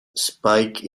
spike